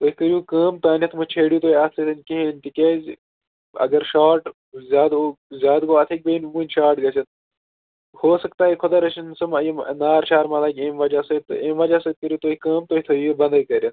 تُہۍ کٔرِو کٲم تانیٚتھ ما چھیڈِو تُہۍ اَتھ سۭتٮ۪ن کِہیٖنۍ تِکیازِ اگر شارٹ زیادٕ ہو زیادٕ گۄوٚ اَتھ ہیٚکہِ بیٚیہِ وُںۍ شارٹ گٔژِھتھ ہو سکتا ہے خۄدا رٔچھِنۍ سُہ ما اِمہ نار شار ما لَگہِ أمہ وَجہ سۭتۍ أمہ وَجہ سۭتۍ کٔرِو تُہۍ کٲم تُہۍ تھٲیو یہِ بنٛدٕے کٔرِتھ